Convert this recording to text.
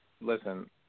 listen